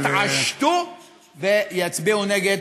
יתעשתו ויצביעו נגד.